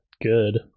good